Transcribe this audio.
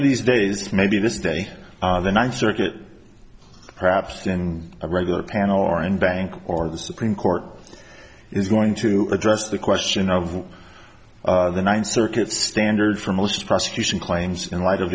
of these days maybe this day are the ninth circuit perhaps in a regular panel or in bank or the supreme court is going to address the question of the ninth circuit standard for most prosecution claims in light of